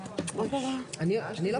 הישיבה